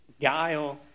guile